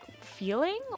feeling